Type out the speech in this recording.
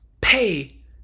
Pay